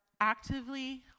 actively